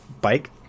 bike